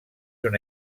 una